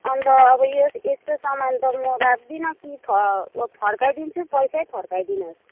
अन्त अब यो यस्तो सामान त म राख्दिनँ कि फ फर्काइदिन्छु पैसै फर्काइदिनुहोस्